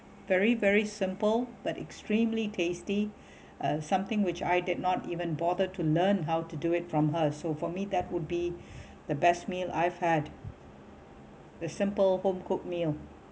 very very simple but extremely tasty uh something which I did not even bother to learn how to do it from her so for me that would be the best meal I've had the simple home cooked meal